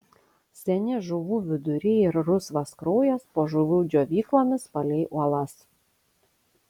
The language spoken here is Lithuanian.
seni žuvų viduriai ir rusvas kraujas po žuvų džiovyklomis palei uolas